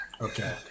Okay